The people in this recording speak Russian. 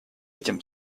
этим